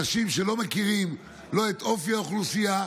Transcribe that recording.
אנשים שלא מכירים לא את אופי האוכלוסייה,